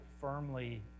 firmly